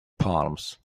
palms